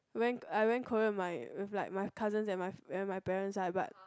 when I went Korea my with like my cousins and my and my parents lah but